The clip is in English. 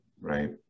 right